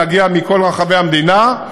להגיע מכל רחבי המדינה,